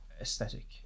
aesthetic